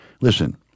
listen